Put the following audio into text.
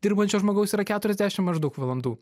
dirbančio žmogaus yra keturiasdešim maždaug valandų